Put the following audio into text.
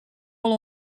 wol